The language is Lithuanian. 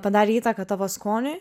padarė įtaką tavo skoniui